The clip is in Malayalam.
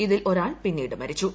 ഇതിൽ ഒരാൾ പിന്നീട് മരിച്ചു